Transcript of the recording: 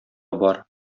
бар